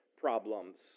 problems